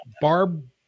barb